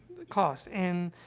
cost, and,